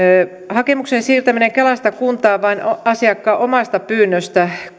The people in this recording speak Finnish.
hakemuksen siirtäminen kelasta kuntaan vain asiakkaan omasta pyynnöstä